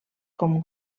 com